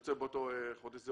שיוצא באותו חודש.